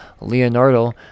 Leonardo